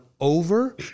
over